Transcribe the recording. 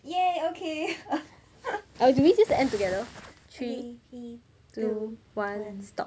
ya okay I will resist and together three he flew one stop